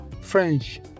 French